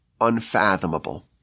unfathomable